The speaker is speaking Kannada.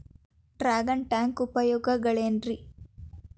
ಡ್ರ್ಯಾಗನ್ ಟ್ಯಾಂಕ್ ಉಪಯೋಗಗಳೆನ್ರಿ?